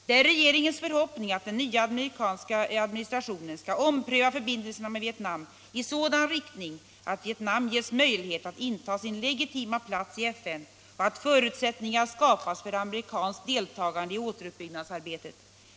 Det är regeringens förhoppning att den nya amerikanska administrationen skall ompröva förbindelserna med Vietnam i sådan riktning att Vietnam ges möjlighet att inta sin legitima plats i FN och att förutsättningar skapas för amerikanskt deltagande i återuppbyggnadsarbetet.